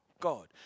God